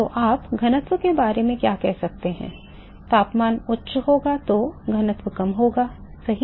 तो आप घनत्व के बारे में क्या कह सकते हैं तापमान उच्च होगा तो घनत्व कम होगा सही